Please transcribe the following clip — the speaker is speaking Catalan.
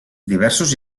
diversos